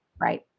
Right